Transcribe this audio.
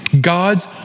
God's